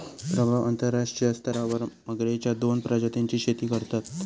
प्रभाव अंतरराष्ट्रीय स्तरावर मगरेच्या दोन प्रजातींची शेती करतत